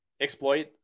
exploit